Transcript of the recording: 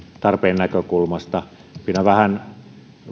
tarpeen näkökulmasta pidän vähän